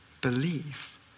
believe